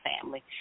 family